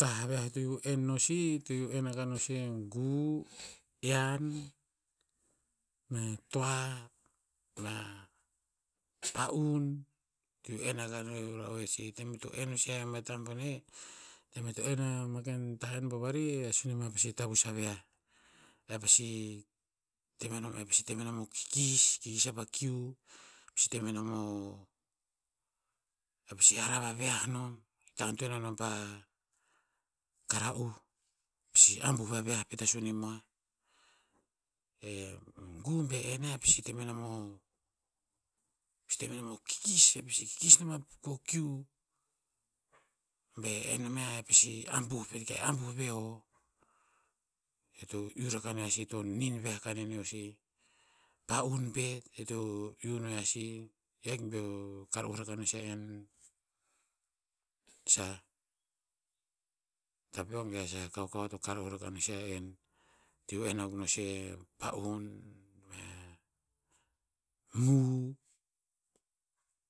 Tah ve eo to iu en no sih, to iu en aka no si gu, ian, mea toa, mea pa'un. To iu en aka no ra'oer sih tem ito en nosi ma tah boneh, tem eo to en no ma keh tah en bovarih, a soni moah pasi tavus aviah. E pasi te menom- e pasi te menom o kikis, kikis apa kiu, pasi te menom o, e pasi hara va viah nom. Hikta antoen a nom pa kara'uh. pasi abuh va viah pet a soni moah. E gu be en yiah, e pasi te menom o- pasi te menom o kikis. E pasi kikis nom a pok kiu. Be en nom yiah e pasi abuh pet ke abuh veho. Eo to iu raka no yiah sih i to nin viah ka neneo sih. Pa'un pet. Eo to iu no yiah sih. Eo ahik beo kara'uh rakah no si a en, sah, tapeok ge a sah kaukau eo to kara'uh raka no sih a en. To iu en akuk no si a pa'un, mea mu.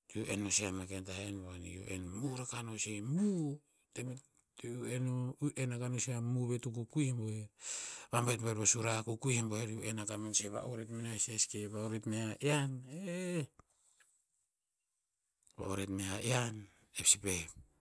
To iu en no si ama ken tah en bovarih. To iu en mu raka no sih. Mu. Tem iu en akah no si a mu ve ir to kukuih buer. Vabet buer po sura kukuih buer iu en akah meno sih va'oret meno yiah si e seke va'oret me ya a ian, eh! Va'oret me yiah ian, e pasi pa'eh